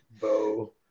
Bo